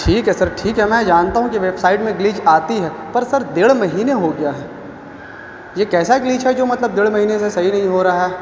ٹھیک ہے سر ٹھیک ہے میں جانتا ہوں کہ ویب سائٹ میں گلیچ آتی ہے پر سر ڈیڑھ مہینے ہو گیا ہے یہ کیسا گلیچ ہے جو مطلب ڈیڑھ مہینے سے صحیح نہیں ہو رہا ہے